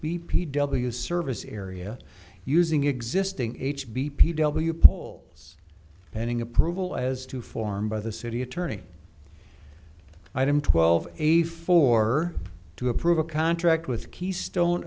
b p w service area using existing h b p w poll ending approval as to form by the city attorney item twelve eighty four to approve a contract with keystone